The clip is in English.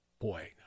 boy